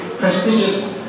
prestigious